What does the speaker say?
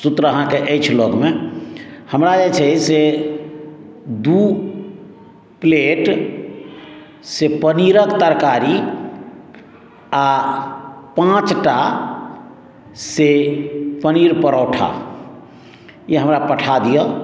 सूत्र अहाँके अछि लगमे हमरा जे छै से दू प्लेट से पनीरक तरकारी आ पाँचटा से पनीर परौठा ई हमरा पठा दीअ